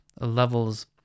levels